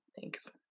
thanks